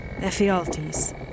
Ephialtes